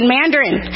Mandarin